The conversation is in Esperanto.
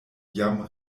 jam